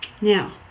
Now